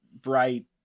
bright